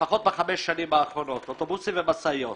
לפחות בחמש השנים האחרונות - אוטובוסים ומשאיות.